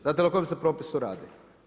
Znate o kojem se propisu radi?